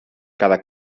cada